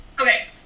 Okay